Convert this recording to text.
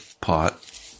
pot